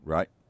Right